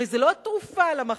הרי זה לא תרופה למחלה,